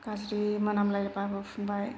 गाज्रि मोनामलायब्लाबो फुनबाय